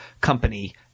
company